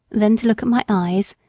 then to look at my eyes,